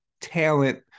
talent